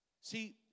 See